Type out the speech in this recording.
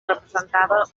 representava